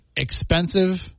expensive